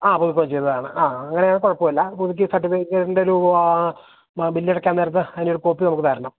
ആ പുതുക്കുകയും ചെയ്തതാണ് ആ അങ്ങനെയാണേ കുഴപ്പമില്ല പുതുക്കിയ സർട്ടിഫിക്കറ്റിന്റെയൊരു ബില്ലടയ്ക്കാന് നേരത്ത് അതിൻ്റെയൊരു കോപ്പി നമുക്കു തരണം